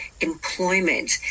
employment